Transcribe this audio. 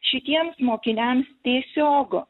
šitiems mokiniams tiesiog